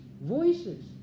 voices